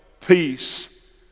peace